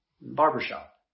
barbershop